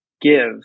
give